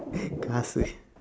class we